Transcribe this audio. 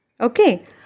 Okay